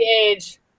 age